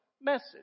message